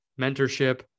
mentorship